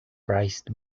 price